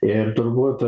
ir turbūt